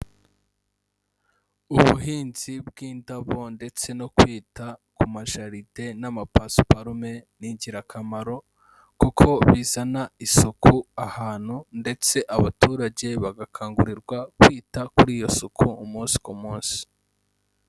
Ubuhinzi bw'indabo ndetse no kwita ku majaride n'amapasiparume ni ingirakamaro kuko bizana isuku ahantu ndetse abaturage bagakangurirwa kwita kuri iyo suku umunsi ku munsi.